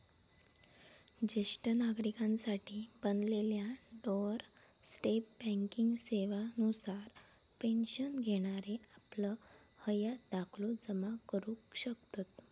ज्येष्ठ नागरिकांसाठी बनलेल्या डोअर स्टेप बँकिंग सेवा नुसार पेन्शन घेणारे आपलं हयात दाखलो जमा करू शकतत